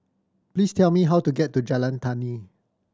please tell me how to get to Jalan Tani